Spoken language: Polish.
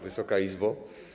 Wysoka Izbo!